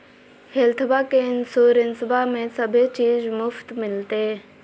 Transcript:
हेल्थबा के इंसोरेंसबा में सभे चीज मुफ्त मिलते?